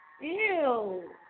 ew